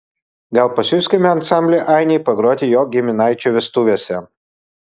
gal pasiųskime ansamblį ainiai pagroti jo giminaičių vestuvėse